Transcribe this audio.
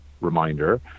reminder